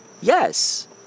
Yes